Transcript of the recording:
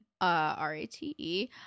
R-A-T-E